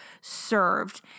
served